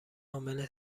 عامل